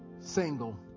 single